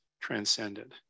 transcended